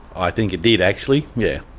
i think it did actually, yeah.